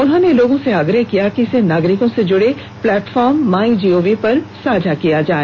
उन्होंने लोगों से आग्रह किया कि इसे नागरिकों से जुड़े प्लेट फॉर्म माईगोव पर साझा किया जाए